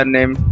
Name